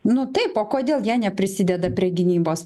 nu taip o kodėl jie neprisideda prie gynybos